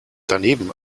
daneben